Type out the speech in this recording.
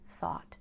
thought